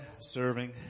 serving